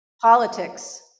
Politics